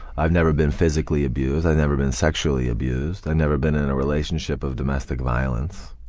i've never been physically abused, i've never been sexually abused, i've never been in a relationship of domestic violence,